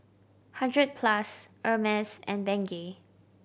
Hundred Plus Hermes and Bengay